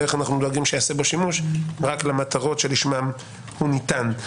ואיך אנחנו דואגים שייעשה בו שימוש רק למטרות שלשמן הוא ניתן.